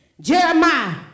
Jeremiah